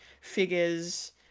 figures